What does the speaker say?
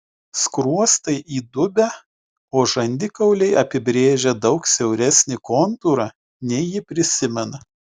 skruostai įdubę o žandikauliai apibrėžia daug siauresnį kontūrą nei ji prisimena